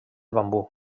bambú